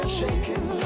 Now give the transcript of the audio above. shaking